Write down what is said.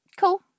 cool